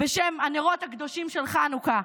בשם הנרות הקדושים של חנוכה: